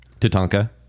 Tatanka